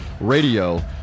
Radio